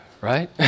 right